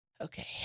Okay